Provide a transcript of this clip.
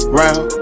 round